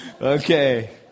Okay